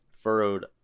furrowed